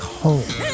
home